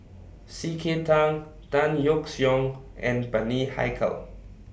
C K Tang Tan Yeok Seong and Bani Haykal